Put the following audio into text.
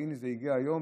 והינה זה הגיע היום,